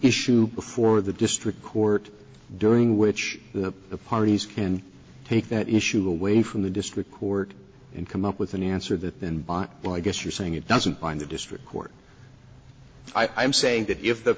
hsu before the district court during which the parties can take that issue away from the district court and come up with an answer that then by well i guess you're saying it doesn't bind the district court i'm saying that if the